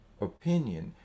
opinion